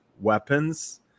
weapons